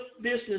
business